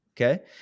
Okay